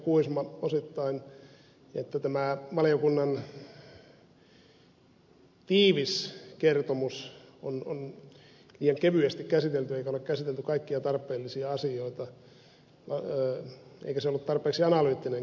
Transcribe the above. kuisma osittain että tämä valiokunnan tiivis kertomus on liian kevyesti käsitelty eikä ole käsitelty kaikkia tarpeellisia asioita eikä se ollut tarpeeksi analyyttinenkään kuulemma